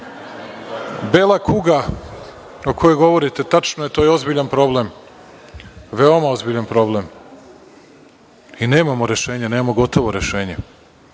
kuga o kojoj govorite, tačno je, je ozbiljan problem, veoma ozbiljan problem i nemamo rešenje, nemamo gotovo rešenje.